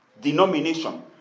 Denomination